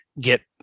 get